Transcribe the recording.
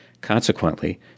Consequently